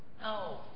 No